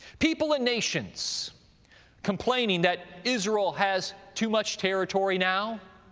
people and nations complaining that israel has too much territory now,